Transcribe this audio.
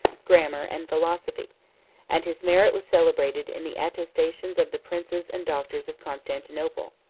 grammar, and philosophy and his merit was celebrated in the attestations of the princes and doctors of constantinople.